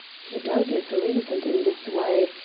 he doubtless reasoned in this way.